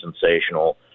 sensational